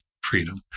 freedom